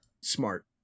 smart